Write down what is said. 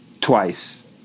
twice